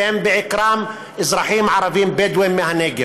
שהם בעיקרם אזרחים ערבים בדואים מהנגב.